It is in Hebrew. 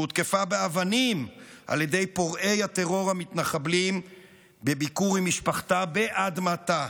שהותקפה באבנים על ידי פורעי הטרור המתנחבלים בביקור עם משפחתה באדמתה,